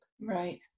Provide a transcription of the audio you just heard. Right